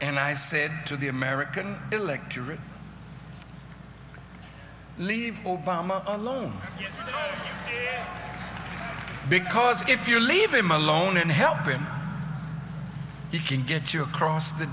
and i said to the american electorate leave obama alone because if you leave him alone and help him he can get you across the